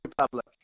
republic